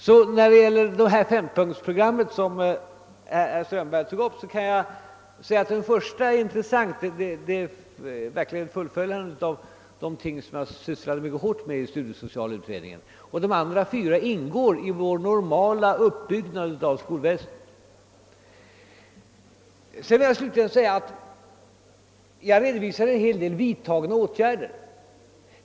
Den första punkten i det fempunktsprogram som herr Strömberg tog upp, innebär ett fullföljande av vad jag mycket hårt arbetade med i studiesociala utredningen. De andra punkterna ingår i det normala uppbyggandet av skolväsendet. Jag har slutligen redovisat en rad åtgärder.